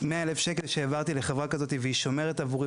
100,000 שקלים שהעברתי לחברה כזאת והיא שומרת עבורי